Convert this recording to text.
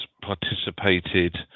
participated